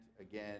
again